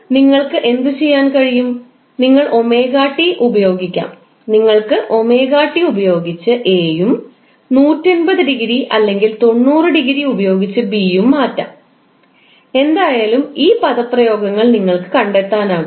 അതിനാൽ നിങ്ങൾക്ക് എന്തുചെയ്യാൻ കഴിയും നിങ്ങൾക്ക് 𝜔𝑡 ഉപയോഗിക്കാം നിങ്ങൾക്ക് 𝜔𝑡 ഉപയോഗിച്ച് A യും 180 ഡിഗ്രി അല്ലെങ്കിൽ 90 ഡിഗ്രി ഉപയോഗിച്ച് B യും മാറ്റാം എന്തായാലും ഈ പദപ്രയോഗങ്ങൾ നിങ്ങൾക്ക് കണ്ടെത്താനാകും